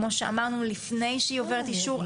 כמו שאמרנו לפני שהיא עוברת אישור,